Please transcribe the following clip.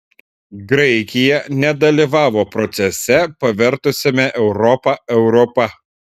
graikija nedalyvavo procese pavertusiame europą europa